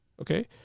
okay